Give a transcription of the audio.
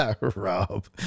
Rob